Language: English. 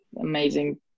amazing